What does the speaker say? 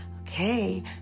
Okay